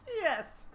yes